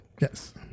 Yes